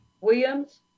Williams